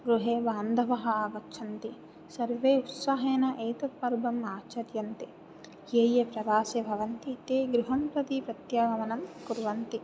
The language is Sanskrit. गृहे बान्धवाः आगच्छन्ति सर्वे उत्साहाने एतद् पर्व आचर्यन्ते ये ये प्रवासे भवन्ति ते गृहं प्रति प्रत्यागमनं कुर्वन्ति